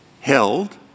held